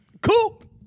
Coop